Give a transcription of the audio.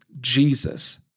Jesus